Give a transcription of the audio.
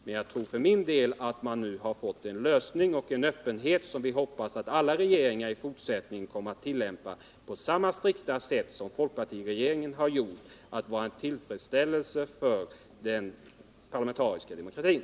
Man har nu fått en lösning och en öppenhet, som vi hoppas att alla regeringar i fortsättningen skall tillämpa på samma strikta sätt som folkpartiregeringen har gjort. Det är en tillgång för den parlamentariska demokratin.